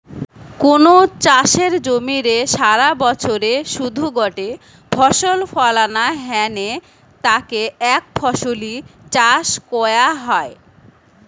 কুনু চাষের জমিরে সারাবছরে শুধু গটে ফসল ফলানা হ্যানে তাকে একফসলি চাষ কয়া হয়